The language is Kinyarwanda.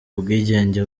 ubwigenge